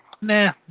nah